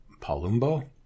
Palumbo